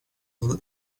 will